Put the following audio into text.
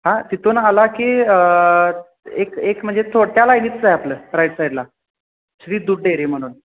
हां तिथून आला की एक एक म्हणजे छोट्या लायनीतच आहे आपलं राईट साईडला श्री दूध डेअरी म्हणून